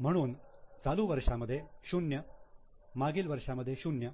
म्हणून चालू वर्षांमध्ये 0 मागील वर्षांमध्ये 0